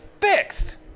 fixed